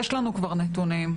יש לנו כבר נתונים,